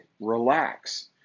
relax